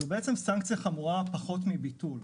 זו בעצם סנקציה חמורה פחות מביטול.